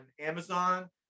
Amazon